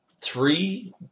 three